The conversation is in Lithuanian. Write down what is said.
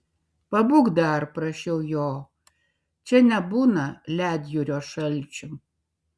pabūk dar prašiau jo čia nebūna ledjūrio šalčių